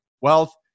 wealth